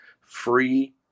free